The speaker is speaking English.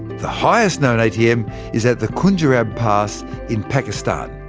the highest-known atm is at the khunjerab pass in pakistan.